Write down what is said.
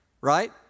right